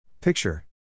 Picture